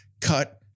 cut